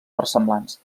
versemblants